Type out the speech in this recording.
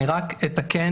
אני רק אתקן.